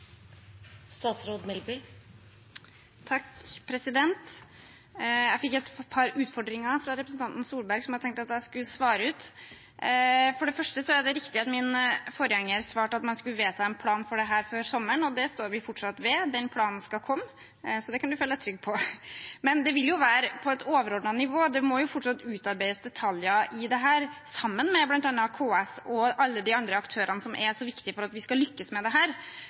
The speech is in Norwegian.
det riktig at min forgjenger svarte at man skulle vedta en plan for dette før sommeren, og det står vi fortsatt ved. Den planen skal komme, så det kan representanten føle seg trygg på. Men det vil være på et overordnet nivå. Det må fortsatt utarbeides detaljer i dette, sammen med bl.a. KS og alle de andre aktørene som er så viktige for at vi skal lykkes med dette. Representanten slengte med en kommentar om at Dekomp, som fungerer dårlig, var et dårlig sted å putte denne satsingen. For det